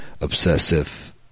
obsessive